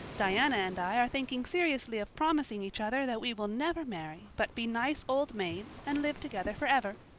diana and i are thinking seriously of promising each other that we will never marry but be nice old maids and live together forever.